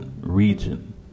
region